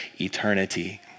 eternity